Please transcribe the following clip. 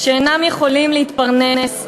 שאינם יכולים להתפרנס.